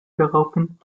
daraufhin